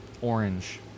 Orange